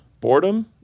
Boredom